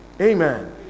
amen